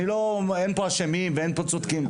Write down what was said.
אני לא אין פה אשמים ואין פה צודקים,